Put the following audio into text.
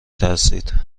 ترسید